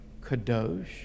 Kadosh